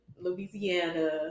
Louisiana